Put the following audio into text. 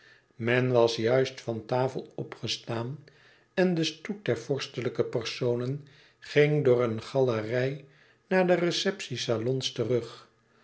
men was juist van tafel opgestaan en de stoet der vorstelijke personen ging door een galerij naar de receptiesalons terug